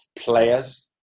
players